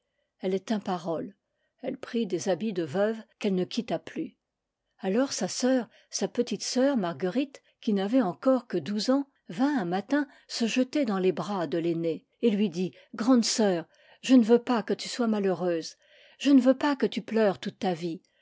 elle tint parole elle prit des habits de veuve qu'elle ne quitta plus alors sa sœur sa petite sœur marguerite qui n'avait encore que douze ans vint un matin se jeter dans les bras de l'aînée et lui dit grande sœur je ne veux pas que tu sois malheureuse je ne veux pas que tu pleures toute ta vie